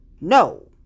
No